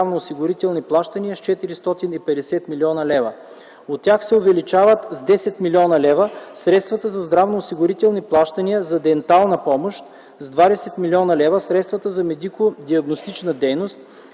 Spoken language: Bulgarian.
здравноосигурителни плащания с 450 млн. лв. От тях се увеличават с 10 млн. лв. средствата за здравноосигурителни плащания за дентална помощ, с 20 млн. лв. – средствата за медико-диагностична дейност,